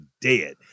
dead